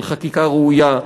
של חקיקה ראויה,